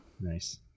Nice